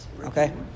Okay